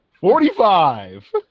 Forty-five